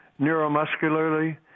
neuromuscularly